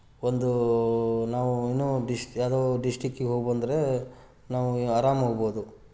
ಒಂದು ನಾವು ಇನ್ನೂ ಡಿಶ್ ಯಾವುದೋ ಡಿಸ್ಟ್ರಿಕ್ಕಿಗೆ ಹೋಗು ಅಂದರೆ ನಾವು ಆರಾಮ ಹೋಗ್ಬೋದು